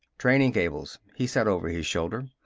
training cables, he said over his shoulder.